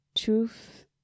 truth